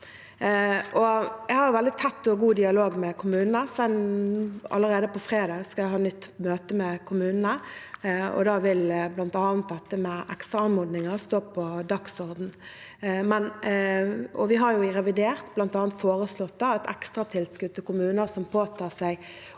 Jeg har veldig tett og god dialog med kommunene. Allerede på fredag skal jeg ha et nytt møte med kommunene, og da vil bl.a. dette med ekstra anmodninger stå på dagsordenen. Vi har i revidert bl.a. foreslått et ekstratilskudd til kommuner som påtar seg